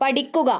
പഠിക്കുക